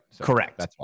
Correct